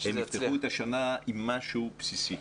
שהם יפתחו את השנה עם משהו בסיסי.